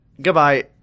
Goodbye